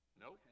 nope